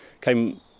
came